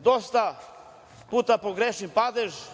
Dosta puta pogrešim padež